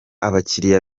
abakiriya